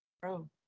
Bro